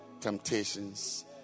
temptations